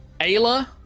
Ayla